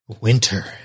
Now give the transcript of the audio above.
Winter